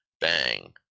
Bang